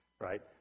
right